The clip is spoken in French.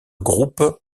groupe